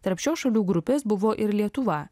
tarp šios šalių grupės buvo ir lietuva